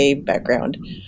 background